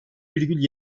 virgül